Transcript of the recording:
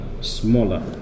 smaller